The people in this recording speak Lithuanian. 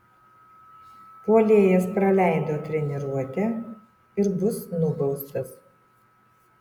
puolėjas praleido treniruotę ir bus nubaustas